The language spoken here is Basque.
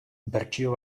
bertsio